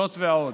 זאת ועוד,